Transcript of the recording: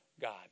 God